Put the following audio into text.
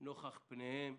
נוכח פניהם